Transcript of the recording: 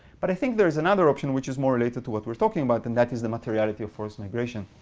but i think there is another option which is more related to what we're talking about. and that is the materiality of forced migration.